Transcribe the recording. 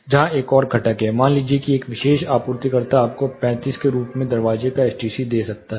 यहां एक और घटक है मान लीजिए कि एक विशेष आपूर्तिकर्ता आपको 35 के रूप में दरवाजे का एसटीसी दे सकता है